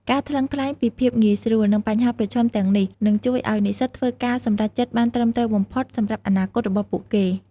ការថ្លឹងថ្លែងពីភាពងាយស្រួល និងបញ្ហាប្រឈមទាំងនេះ នឹងជួយឱ្យនិស្សិតធ្វើការសម្រេចចិត្តបានត្រឹមត្រូវបំផុតសម្រាប់អនាគតរបស់ពួកគេ។